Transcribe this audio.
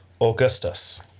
Augustus